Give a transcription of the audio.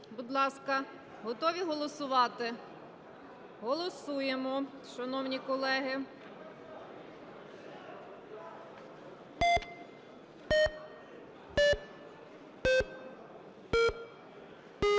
Будь ласка, готові голосувати? Голосуємо, шановні колеги.